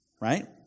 Right